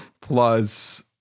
plus